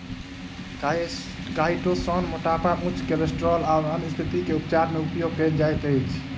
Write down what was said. chitosan मोटापा उच्च cholesterol आ अन्य स्तिथि के उपचार मे उपयोग कायल जाइत अछि